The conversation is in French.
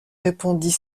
répondit